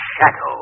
Shadow